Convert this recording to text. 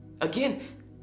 Again